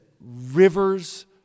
rivers